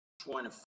twenty